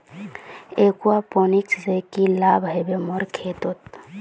aquaponics से की लाभ ह बे मोर खेतोंत